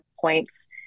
points